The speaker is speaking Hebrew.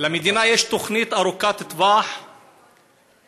למדינה יש תוכנית ארוכת טווח לחזק